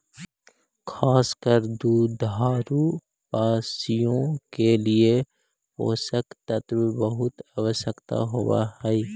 खास कर दुधारू पशुओं के लिए पोषक तत्व बहुत आवश्यक होवअ हई